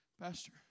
Pastor